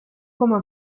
como